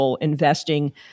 investing